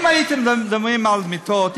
אם הייתם מדברים על מיטות,